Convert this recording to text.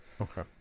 Okay